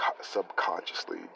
subconsciously